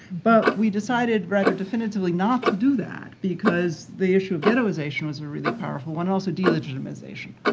but we decided, rather definitively, not to do that. because the issue of ghettoization was a really powerful one. also de-legitimization.